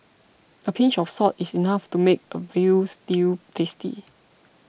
a pinch of salt is enough to make a Veal Stew tasty